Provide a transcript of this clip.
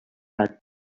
had